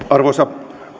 arvoisa